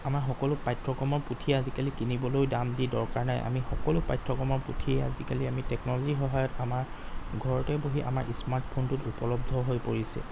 আমাৰ সকলো পাঠ্যক্ৰমৰ পুথি আজিকালি কিনিবলৈও দাম দি দৰকাৰ নাই আমি সকলো পাঠ্যক্ৰমৰ পুথিয়ে আজিকালি আমি টেকনলজিৰ সহায়ত আমাৰ ঘৰতেই বহি আমাৰ স্মাৰ্ট ফোনটোত উপলব্ধ হৈ পৰিছে